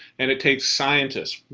and it takes scientists.